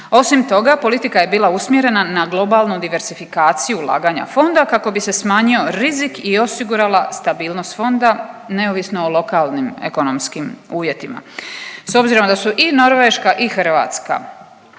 Osim toga, politika je bila usmjerena na globalnu diversifikaciju ulaganja fonda kako bi se smanjio rizik i osigurala stabilnost fonda neovisno o lokalnim ekonomskim uvjetima. S obzirom da su i Norveška i Hrvatska